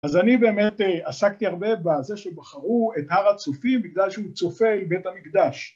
אז אני באמת עסקתי הרבה בזה שבחרו את הר הצופים בגלל שהוא צופה אל בית המקדש.